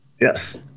Yes